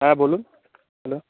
হ্যাঁ বলুন হ্যালো